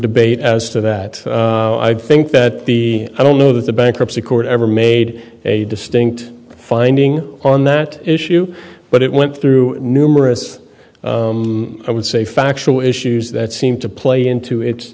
debate as to that i think that the i don't know the bankruptcy court ever made a distinct finding on that issue but it went through numerous i would say factual issues that seem to play into it